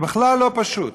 זה בכלל לא פשוט.